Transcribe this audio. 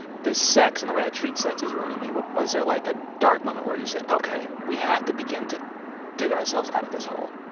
this sex and the way i treat sex is ruining me? but was there, like, a dark moment where you said, ok, we have to begin to dig ourselves out of this hole?